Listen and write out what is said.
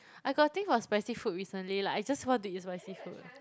I got a thing for spicy food recently like I just want to eat spicy food